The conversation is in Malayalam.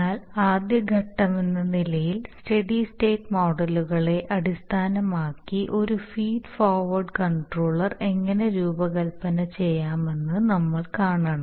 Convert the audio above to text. എന്നാൽ ആദ്യ ഘട്ടമെന്ന നിലയിൽ സ്റ്റെഡി സ്റ്റേറ്റ് മോഡലുകളെ അടിസ്ഥാനമാക്കി ഒരു ഫീഡ് ഫോർവേഡ് കണ്ട്രോളർ എങ്ങനെ രൂപകൽപ്പന ചെയ്യാമെന്ന് നമ്മൾ കാണണം